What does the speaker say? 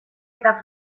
eta